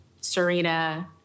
Serena